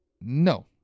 No